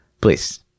please